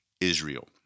Israel